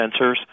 sensors